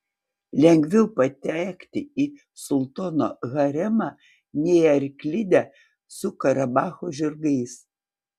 lengviau patekti į sultono haremą nei į arklidę su karabacho žirgais